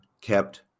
kept